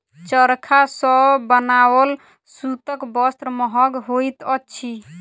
चरखा सॅ बनाओल सूतक वस्त्र महग होइत अछि